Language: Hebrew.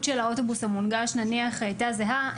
של האוטובוס המונגש נניח הייתה זהה,